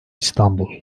i̇stanbul